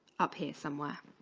up here somewhere